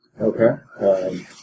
Okay